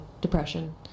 depression